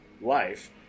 life